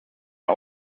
are